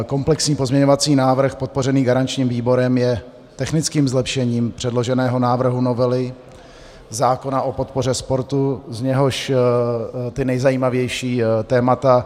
Komplexní pozměňovací návrh podpořený garančním výborem je technickým zlepšením předloženého návrhu novely zákona o podpoře sportu, z něhož ta nejzajímavější témata: